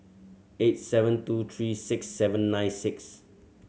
eight seven two three six seven nine six